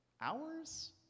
hours